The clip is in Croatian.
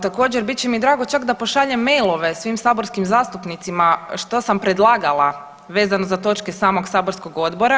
Također bit će mi drago čak da pošaljem mailove svim saborskim zastupnicima što sam predlagala vezano za točke samog saborskog odbora.